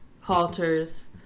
halters